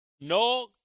no